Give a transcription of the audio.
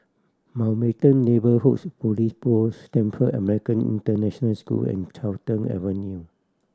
Mountbatten Neighbourhoods Police Post Stamford American International School and Carlton Avenue